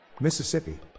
Mississippi